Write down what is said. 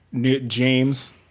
James